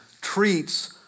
treats